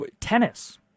tennis